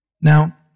Now